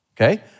Okay